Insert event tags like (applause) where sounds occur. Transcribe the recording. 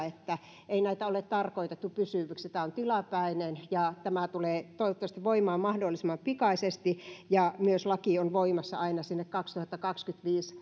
(unintelligible) että ei näitä ole tarkoitettu pysyviksi tämä on tilapäinen ja tämä tulee toivottavasti voimaan mahdollisimman pikaisesti ja laki on voimassa aina sinne kaksituhattakaksikymmentäviisi (unintelligible)